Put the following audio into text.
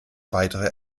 weitere